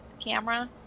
camera